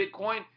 Bitcoin